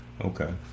Okay